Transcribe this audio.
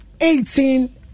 eighteen